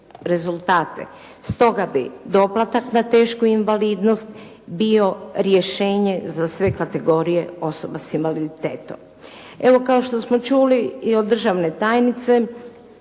Stoga bi doplatak na tešku invalidnost bio rješenje za sve kategorije osoba sa invaliditetom. Evo kao što smo čuli i od državne tajnice,